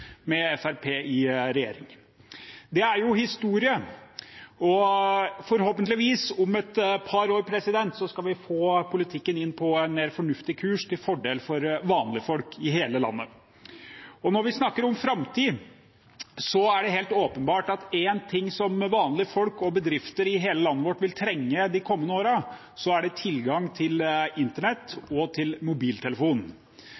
med Fremskrittspartiet i regjering. Det er historie, og om et par år skal vi forhåpentligvis få politikken inn på en mer fornuftig kurs til fordel for vanlige folk i hele landet. Når vi snakker om framtid, er det helt åpenbart at er det én ting som vanlige folk og bedrifter i hele landet vårt vil trenge de kommende årene, er det tilgang til